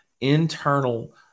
internal